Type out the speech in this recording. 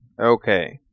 Okay